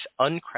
Uncredited